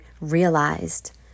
realized